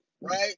right